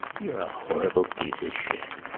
you're a horrible piece of shit.